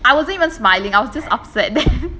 I wasn't even smiling I was just upset then